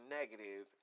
negative